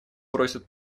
просит